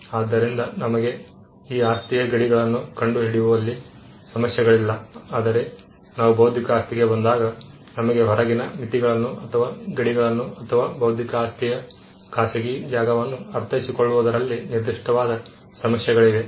ಆದ್ದರಿಂದ ನಮಗೆ ಈ ಆಸ್ತಿಯ ಗಡಿಗಳನ್ನು ಕಂಡುಹಿಡಿಯುವಲ್ಲಿ ಸಮಸ್ಯೆಗಳಿಲ್ಲ ಆದರೆ ನಾವು ಬೌದ್ಧಿಕ ಆಸ್ತಿಗೆ ಬಂದಾಗ ನಮಗೆ ಹೊರಗಿನ ಮಿತಿಗಳನ್ನು ಅಥವಾ ಗಡಿಗಳನ್ನು ಅಥವಾ ಬೌದ್ಧಿಕ ಆಸ್ತಿಯ ಖಾಸಗಿ ಜಾಗವನ್ನು ಅರ್ಥೈಸಿಕೊಳ್ಳುವುದರಲ್ಲಿ ನಿರ್ದಿಷ್ಟವಾದ ಸಮಸ್ಯೆಗಳಿವೆ